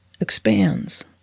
expands